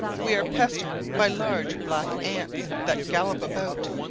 we are pestered by large black ants, that gallop about,